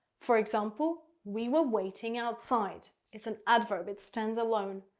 for example, we were waiting outside it's an adverb. it stands alone.